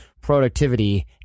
productivity